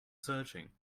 searching